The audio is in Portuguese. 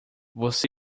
você